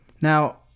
Now